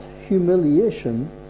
humiliation